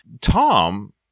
Tom